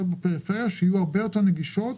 בפריפריה כך שיהיו הרבה יותר נגישות,